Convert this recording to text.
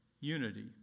unity